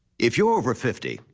if you're over fifty,